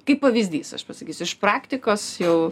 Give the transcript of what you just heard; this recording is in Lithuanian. kaip pavyzdys aš pasakysiu iš praktikos jau